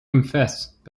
confessed